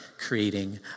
creating